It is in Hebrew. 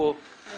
אבל